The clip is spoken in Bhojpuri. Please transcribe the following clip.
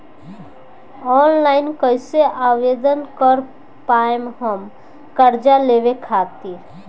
ऑनलाइन कइसे आवेदन कर पाएम हम कर्जा लेवे खातिर?